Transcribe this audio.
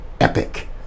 epic